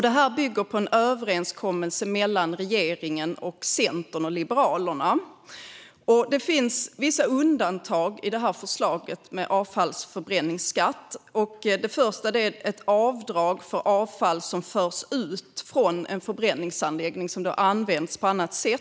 Detta bygger på en överenskommelse mellan regeringen, Centern och Liberalerna. Det finns vissa undantag i förslaget om avfallsförbränningsskatt. Det första är ett avdrag för avfall som förs ut från en förbränningsanläggning och används på annat sätt.